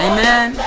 Amen